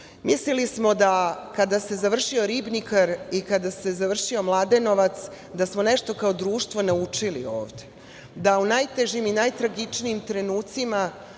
vlasti. Mislili smo da kada se završio „Ribnikar“ i kada se završio Mladenovac, da smo nešto kao društvo naučili ovde, da u najtežim i najtragičnijim trenucima